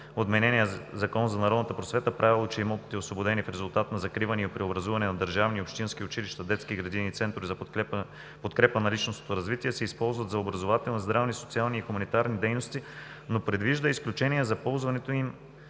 отменения Закон за народната просвета правило, че имотите, освободени в резултат на закриване и преобразуване на държавни и общински училища, детски градини, центрове за подкрепа на личностното развитие се използват за образователни, здравни, социални и хуманитарни дейности, но предвижда изключения за ползването им